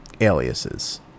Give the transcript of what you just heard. aliases